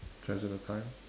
treasure the time